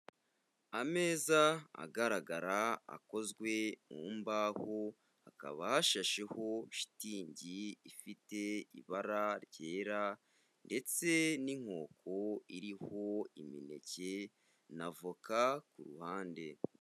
Ameza agaragara akozwe mu mbaho, hakaba hashasheho shitingi ifite ibara ryera ndetse n'inkoko iriho imineke n'avoka ku ruhande.